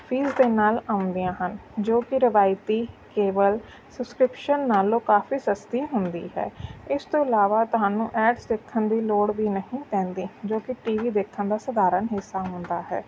fees ਦੇ ਨਾਲ ਆਉਂਦੀਆਂ ਹਨ ਜੋ ਕਿ ਰਵਾਇਤੀ ਕੇਵਲ ਸਬਸਕ੍ਰਿਪਸ਼ਨ ਨਾਲੋਂ ਕਾਫ਼ੀ ਸਸਤੀ ਹੁੰਦੀ ਹੈ ਇਸ ਤੋਂ ਇਲਾਵਾ ਤੁਹਾਨੂੰ ਐਡਸ ਦੇਖਣ ਦੀ ਲੋੜ ਵੀ ਨਹੀਂ ਪੈਂਦੀ ਜੋ ਕਿ ਟੀ ਵੀ ਦੇਖਣ ਦਾ ਸਧਾਰਨ ਹਿੱਸਾ ਹੁੰਦਾ ਹੈ